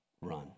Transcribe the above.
run